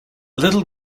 little